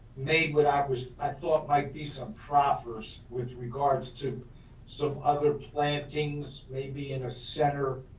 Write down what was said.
made what i was, i thought might be some progress with regards to some other plantings may be in a center.